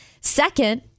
Second